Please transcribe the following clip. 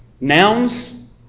Nouns